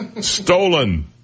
stolen